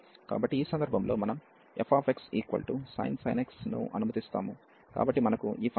కాబట్టి ఈ సందర్భంలో మనం fxsin x ను అనుమతిస్తాము కాబట్టి మనకు ఈ ఫంక్షన్ ఇక్కడ fxsin x